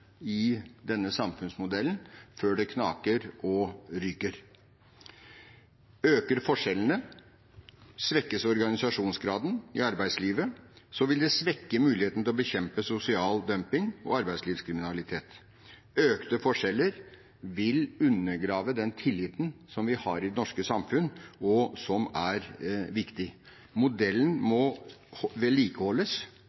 i denne samfunnsmodellen før det knaker og ryker. Øker forskjellene, og svekkes organisasjonsgraden i arbeidslivet, vil det svekke muligheten til å bekjempe sosial dumping og arbeidslivskriminalitet. Økte forskjeller vil undergrave den tilliten som vi har i det norske samfunn, og som er viktig. Modellen